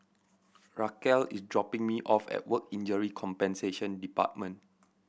Racquel is dropping me off at Work Injury Compensation Department